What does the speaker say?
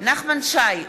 נחמן שי,